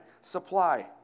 supply